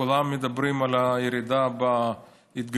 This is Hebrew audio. כולם מדברים על הירידה בהתגייסות,